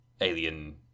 alien